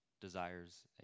desires